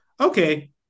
Okay